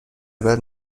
بعد